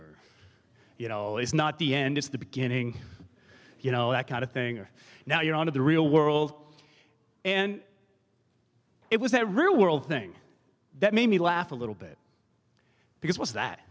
kindergarten you know it's not the end it's the beginning you know that kind of thing or now you're out of the real world and it was that real world thing that made me laugh a little bit because was that